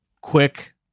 quick